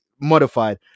modified